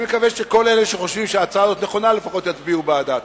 אני מקווה שכל אלה שחושבים שההצעה הזאת נכונה לפחות יצביעו בעדה.